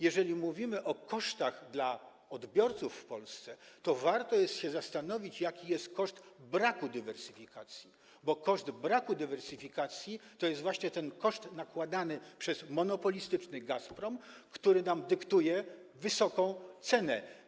Jeżeli mówimy o kosztach dla odbiorców w Polsce, to warto się zastanowić, jaki jest koszt braku dywersyfikacji, bo koszt braku dywersyfikacji to jest właśnie ten koszt nakładany przez monopolistyczny Gazprom, który nam dyktuje wysoką cenę.